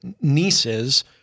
nieces